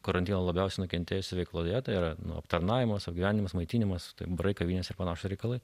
karantino labiausiai nukentėjusioje veikloje tai yra nu aptarnavimas apgyvendinimas maitinimas barai kavinės ir panašūs reikalai